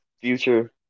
future